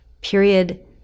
period